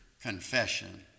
confession